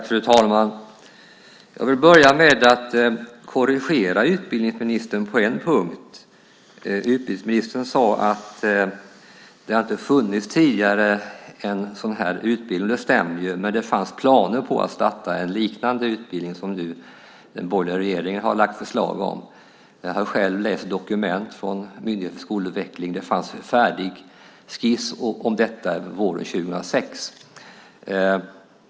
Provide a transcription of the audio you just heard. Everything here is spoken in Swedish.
Fru talman! Jag vill börja med att korrigera utbildningsministern på en punkt. Utbildningsministern sade nämligen att en sådan här utbildning inte funnits tidigare. Det stämmer. Dock fanns det planer på att starta en utbildning liknande den som den borgerliga regeringen lagt fram förslag om. Jag har själv läst dokument från Myndigheten för skolutveckling. Det fanns en färdig skiss om detta våren 2006.